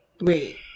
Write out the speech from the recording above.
Wait